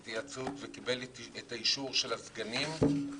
התייעצות וקיבל את האישור של הסגנים לבקשה.